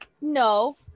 No